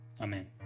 amen